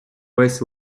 весь